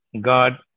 God